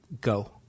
Go